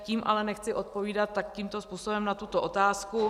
Tím ale nechci odpovídat tímto způsobem na tuto otázku.